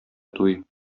туй